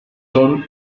son